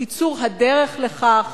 קיצור הדרך לכך